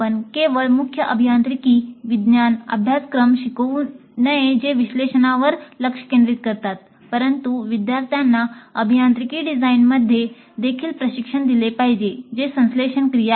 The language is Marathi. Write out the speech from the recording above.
आपण केवळ मुख्य अभियांत्रिकी विज्ञान अभ्यासक्रम शिकवू नये जी विश्लेषणावर लक्ष केंद्रित करतात परंतु विद्यार्थ्याना अभियांत्रिकी डिझाइनमध्ये देखील प्रशिक्षण दिले पाहिजे जी संश्लेषण क्रिया आहे